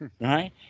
Right